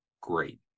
great